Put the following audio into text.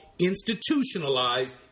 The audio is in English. institutionalized